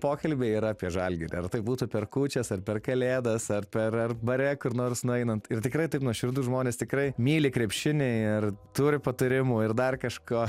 pokalbiai yra apie žalgirį ar tai būtų per kūčias ar per kalėdas ar per ar bare kur nors nueinant ir tikrai taip nuoširdu žmonės tikrai myli krepšinį ir turi patarimų ir dar kažko